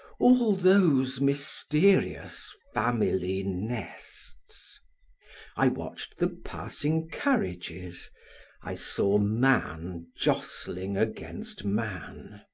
all those mysterious family nests i watched the passing carriages i saw man jostling against man.